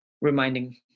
reminding